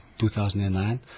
2009